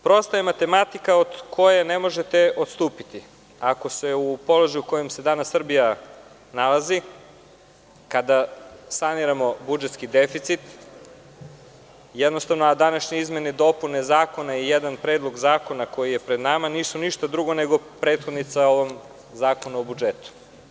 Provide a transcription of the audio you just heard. Prosto, to je matematika od koje ne možete odstupiti, ako se u položaju u kome se danas Srbija nalazi, kada saniramo budžetski deficit, a današnje izmene i dopune zakona i jedan predlog zakona koji je pred nama nisu ništa drugo nego prethodnica samog Zakona o budžetu.